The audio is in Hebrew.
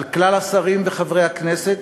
על כלל השרים וחברי הכנסת,